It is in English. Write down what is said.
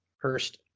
first